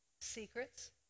secrets